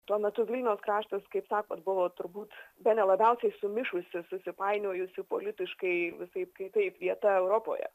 tuo metu vilniaus kraštas kaip sakot buvo turbūt bene labiausiai sumišusi susipainiojusi politiškai visaip kitaip vieta europoje